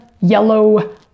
yellow